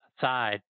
side